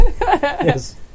Yes